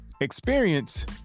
experience